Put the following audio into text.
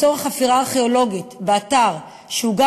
לצורך חפירה ארכיאולוגית באתר שהוא גם